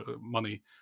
money